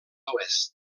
oest